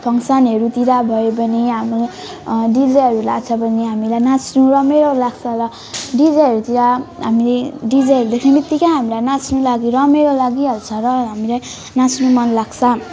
फङ्सनहरूतिर भयो भने हामी डिजेहरू ल्याएको छ भने हामीलाई नाच्नु रमाइलो लाग्छ र डिजेहरूतिर हामी डिजेहरू देख्ने बित्तिकै हामीलाई नाच्नु लागि रमाइलो लागि हाल्छ र हामीलाई नाच्नु मन लाग्छ